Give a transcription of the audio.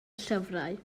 llyfrau